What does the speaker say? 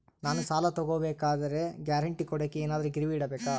ನಾನು ಸಾಲ ತಗೋಬೇಕಾದರೆ ಗ್ಯಾರಂಟಿ ಕೊಡೋಕೆ ಏನಾದ್ರೂ ಗಿರಿವಿ ಇಡಬೇಕಾ?